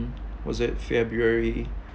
was it february